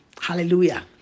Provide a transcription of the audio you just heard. Hallelujah